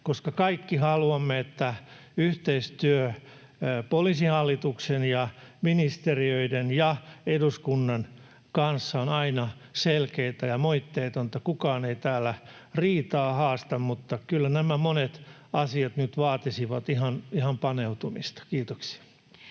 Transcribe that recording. koska kaikki haluamme, että yhteistyö Poliisihallituksen ja ministeriöiden ja eduskunnan kanssa on aina selkeätä ja moitteetonta. Kukaan ei täällä riitaa haasta, mutta kyllä nämä monet asiat nyt vaatisivat ihan paneutumista. — Kiitoksia.